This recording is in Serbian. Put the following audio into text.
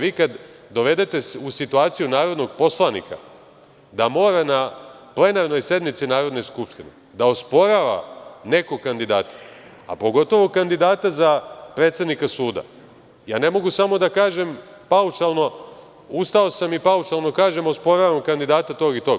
Vi kada dovedete u situaciju narodnog poslanika da mora na plenarnoj sednici Narodne skupštine da osporava nekog kandidata, a pogotovu kandidata predsednika suda, ja ne mogu samo da kažem paušalno, ustao sam i paušalno kažem – osporavam kandidata tog i tog.